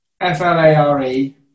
F-L-A-R-E